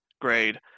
grade